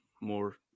more